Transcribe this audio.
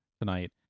tonight